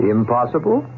Impossible